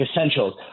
essentials